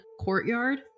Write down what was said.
courtyard